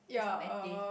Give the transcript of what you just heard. is not my thing